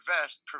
invest